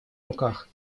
руках